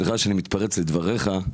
סליחה שאני מתפרץ לדבריך,